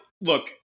look